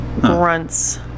grunts